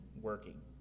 working